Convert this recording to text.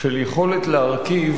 של יכולת להרכיב